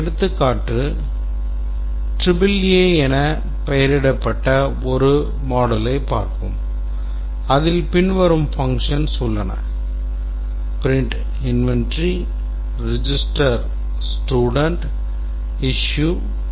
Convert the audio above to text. ஒரு எடுத்துக்காட்டு AAA என பெயரிடப்பட்ட ஒரு moduleயைப் பார்ப்போம் அதில் பின்வரும் functions உள்ளன print inventory register student issue book